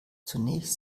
zunächst